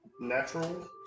natural